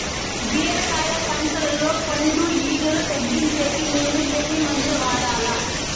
బీరకాయ పంటల్లో పండు ఈగలు తగ్గించేకి నేను ఏమి మందులు వాడాలా?